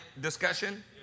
discussion